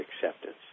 acceptance